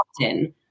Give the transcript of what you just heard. often